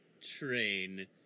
Train